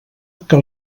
que